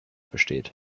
besteht